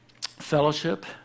Fellowship